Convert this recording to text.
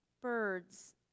birds